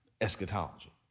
eschatology